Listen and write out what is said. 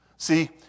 See